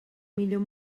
millor